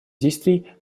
действий